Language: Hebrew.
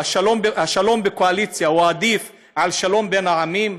או השלום בקואליציה הוא עדיף על שלום בין העמים?